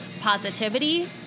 positivity